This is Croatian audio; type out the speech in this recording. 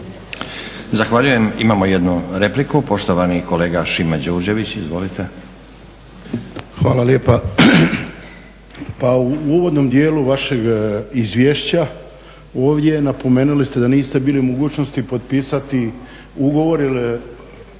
Zahvaljujem. Imamo jednu repliku. Poštovani kolega Šimo Đurđević. Izvolite. **Đurđević, Šimo (HDZ)** Hvala lijepa. Pa u uvodnom dijelu vašeg izvješća ovdje napomenuli ste da niste bili u mogućnosti potpisati ugovor jer